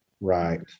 Right